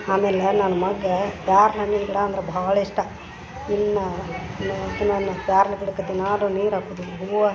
ಆಮೇಲೆ ನನ್ನ ಮಗ ಪ್ಯಾರ್ಲೆ ಹಣ್ಣಿನ ಗಿಡ ಅಂದ್ರೆ ಭಾಳ ಇಷ್ಟ ಇನ್ನ ಪ್ಯಾರ್ಲೆ ಗಿಡಕ್ಕೆ ದಿನಾಲು ನೀರು ಹಾಕುದು ಹೂವು